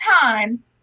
time